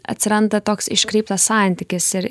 atsiranda toks iškreiptas santykis ir